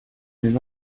mes